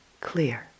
clear